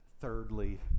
thirdly